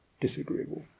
disagreeable